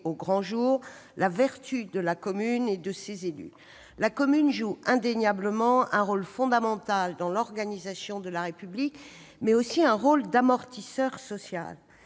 au grand jour la vertu de la commune et de ses élus. Elle joue indéniablement un rôle fondamental dans l'organisation de la République, mais aussi un rôle d'amortisseur social.